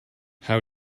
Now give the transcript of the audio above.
how